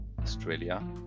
Australia